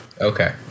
Okay